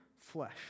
flesh